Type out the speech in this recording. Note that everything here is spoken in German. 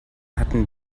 hatten